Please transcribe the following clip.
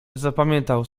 zapamiętał